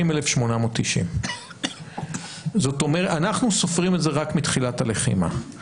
20,890. אנחנו סופרים את זה רק מתחילת הלחימה.